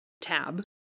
tab